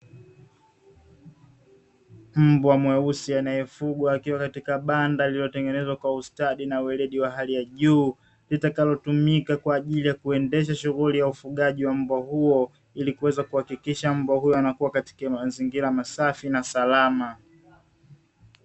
Mbwa mweusi anayefugwa akiwa katika banda lililotengenezwa kwa ustadi na weledi wa hali ya juu, litakalo tumika kwa ajili ya kuendesha shughuli ya ufugaji wa mbwa huyo. Ili kuhakikisha mbwa huyo akiwa katika mazingira safi na salama.